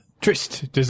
Trist